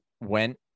went